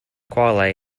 quayle